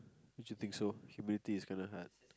don't you think so humility is kinda hard